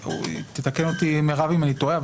תתקן אותי מרב אם אני טועה,